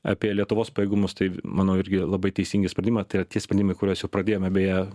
apie lietuvos pajėgumus tai manau irgi labai teisingi sprendimai tai yra tie sprendimai kuriuos jau pradėjome beje